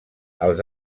als